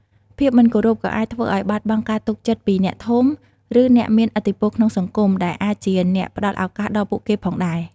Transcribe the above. ភាពមិនគោរពក៏អាចធ្វើឲ្យបាត់បង់ការទុកចិត្តពីអ្នកធំ ឬអ្នកមានឥទ្ធិពលក្នុងសង្គម ដែលអាចជាអ្នកផ្ដល់ឱកាសដល់ពួកគេផងដែរ។